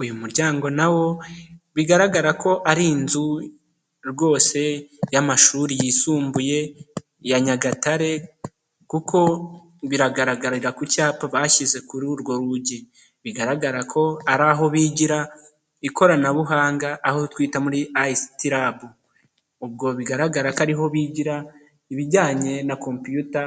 Uyu muryango nawo bigaragara ko ari inzu rwose y'amashuri yisumbuye ya Nyagatare kuko biragaragarira ku cyapa bashyize kuri urwo rugi, bigaragara ko ari aho bigira ikoranabuhanga, aho twita muri ICT Lab. Ubwo bigaragara ko ari ho bigira ibijyanye na Komputa